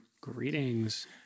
Greetings